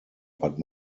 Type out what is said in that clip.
but